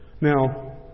Now